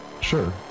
Sure